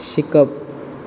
शिकप